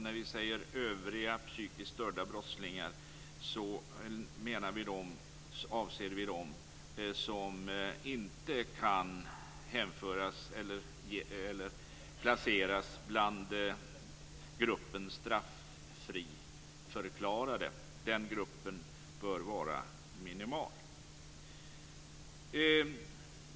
När vi säger övriga psykiskt störda brottslingar avser vi dem som inte kan placeras i gruppen straffriförklarade. Den gruppen bör vara minimal.